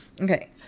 Okay